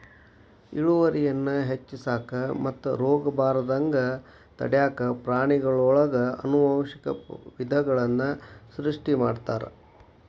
ಇಳುವರಿಯನ್ನ ಹೆಚ್ಚಿಸಾಕ ಮತ್ತು ರೋಗಬಾರದಂಗ ತಡ್ಯಾಕ ಪ್ರಾಣಿಗಳೊಳಗ ಆನುವಂಶಿಕ ವಿಧಗಳನ್ನ ಸೃಷ್ಟಿ ಮಾಡ್ತಾರ